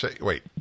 Wait